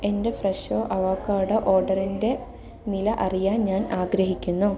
എന്റെ Fresho avocado ഓർഡറിന്റെ നില അറിയാൻ ഞാൻ ആഗ്രഹിക്കുന്നു